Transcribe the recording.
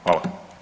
Hvala.